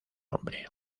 nombre